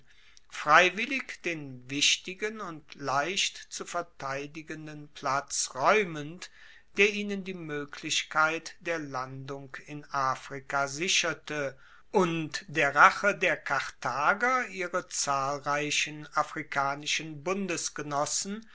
freiwillig den wichtigen und leicht zu verteidigenden platz raeumend der ihnen die moeglichkeit der landung in afrika sicherte und der rache der karthager ihre zahlreichen afrikanischen